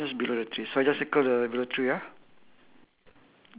uh I ne~ I never see any pear dropping lah